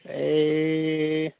এই